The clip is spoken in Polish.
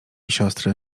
siostry